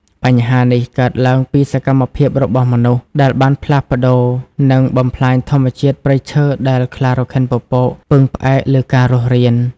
បញ្ហានេះកើតឡើងពីសកម្មភាពរបស់មនុស្ស ដែលបានផ្លាស់ប្តូរ និងបំផ្លាញធម្មជាតិព្រៃឈើដែលខ្លារខិនពពកពឹងផ្អែកលើការរស់រាន។